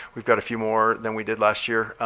we've got a few more than we did last year.